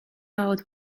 out